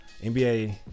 NBA